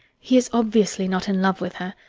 he is obviously not in love with her,